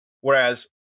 Whereas